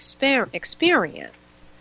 experience